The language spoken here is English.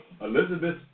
Elizabeth